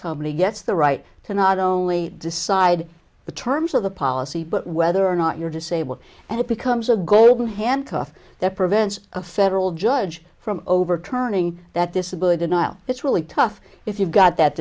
company gets the right to not only decide the terms of the policy but whether or not you're disabled and it becomes a golden handcuff that prevents a federal judge from overturning that disability nille it's really tough if you've got that